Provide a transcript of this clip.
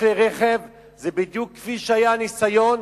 כלי רכב זה בדיוק כמו שהיה הניסיון,